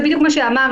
זה בדיוק מה שאמרנו,